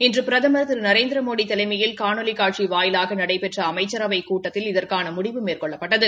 இன்று பிரதம் திரு நரேந்திரமோடி தலைமையில் காணொலி காட்சி வாயிலாக நடைபெற்ற அமைச்சரவைக் கூட்டத்தில் இதற்கான முடிவு மேற்கொள்ளப்பட்டது